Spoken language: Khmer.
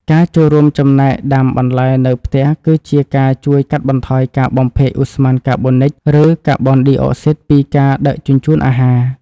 ការចូលរួមចំណែកដាំបន្លែនៅផ្ទះគឺជាការជួយកាត់បន្ថយការបំភាយឧស្ម័នកាបូនិច ឬ កាបូនឌីអុកស៊ីតពីការដឹកជញ្ជូនអាហារ។